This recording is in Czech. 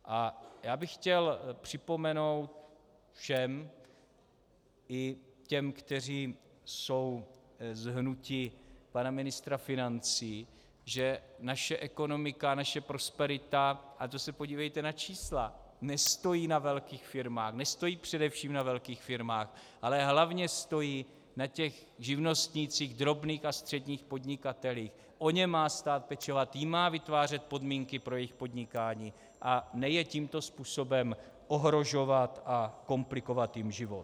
A já bych chtěl připomenout všem, i těm, kteří jsou z hnutí pana ministra financí, že naše ekonomika a naše prosperita, a to se podívejte na čísla, nestojí na velkých firmách, nestojí především na velkých firmách, ale hlavně stojí na těch živnostnících, drobných a středních podnikatelích, o ně má stát pečovat, jim má vytvářet podmínky pro jejich podnikání, a ne je tímto způsobem ohrožovat a komplikovat jim život.